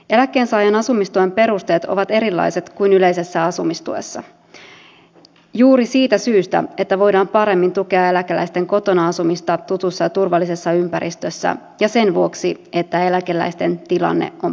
eläkkeensaajien asumistuen perusteet ovat erilaiset kuin yleisessä asumistuessa juuri siitä syystä että voidaan paremmin tukea eläkeläisten kotona asumista tutussa ja turvallisessa ympäristössä ja sen vuoksi että eläkeläisten tilanne on pysyvä